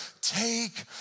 take